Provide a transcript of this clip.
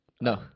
No